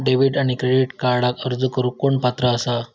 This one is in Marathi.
डेबिट आणि क्रेडिट कार्डक अर्ज करुक कोण पात्र आसा?